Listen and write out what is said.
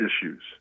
issues